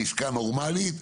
לעסקה נורמלית,